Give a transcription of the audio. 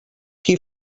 qui